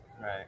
Right